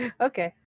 Okay